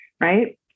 right